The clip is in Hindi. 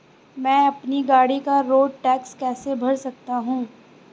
मैं अपनी गाड़ी का रोड टैक्स कैसे भर सकता हूँ?